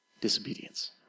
Disobedience